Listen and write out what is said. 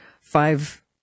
five